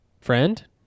friend